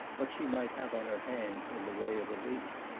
what she might have on her hands in the way of a lease.